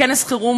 כנס חירום